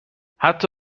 حتی